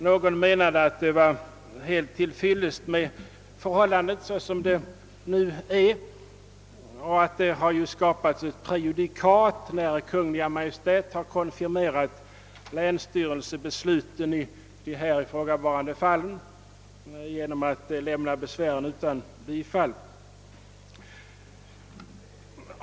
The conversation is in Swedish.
Någon genmälde att det var helt till fyllest med förhållandet såsom det nu är och att det har skapats ett prejudikat när Kungl. Maj:t har konfirmerat länsstyrelsebesluten i de här ifrågavarande fallen genom att lämna besvären utan bifall.